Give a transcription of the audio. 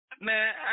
Man